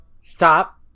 Stop